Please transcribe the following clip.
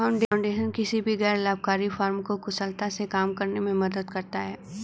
foundation किसी भी गैर लाभकारी फर्म को कुशलता से काम करने में मदद करता हैं